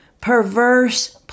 perverse